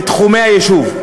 בתחומי היישוב,